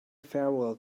farewell